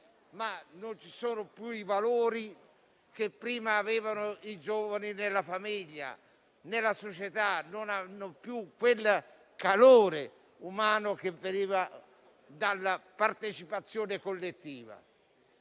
che non ci sono più i valori che una volta i giovani avevano nella famiglia e nella società, non c'è più quel calore umano che veniva dalla partecipazione collettiva.